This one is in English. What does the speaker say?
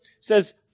says